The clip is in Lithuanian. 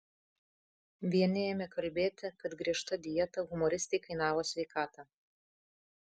vieni ėmė kalbėti kad griežta dieta humoristei kainavo sveikatą